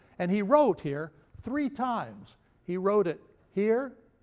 and he wrote here, three times he wrote it here,